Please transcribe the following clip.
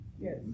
Yes